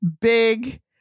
big